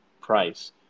price